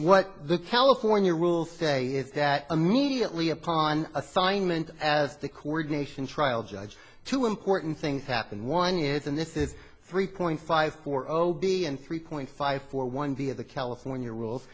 what the california rules say is that immediately upon assignment as the coordination trial judge two important things happen one is and this is three point five four o b and three point five four one via the california rules